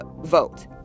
vote